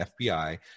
FBI